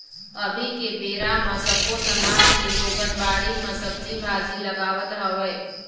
अभी के बेरा म सब्बो समाज के लोगन बाड़ी म सब्जी भाजी लगावत हवय